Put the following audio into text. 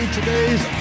Today's